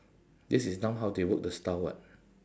this is now how they work the style [what]